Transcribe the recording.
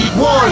One